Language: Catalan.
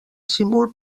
símbol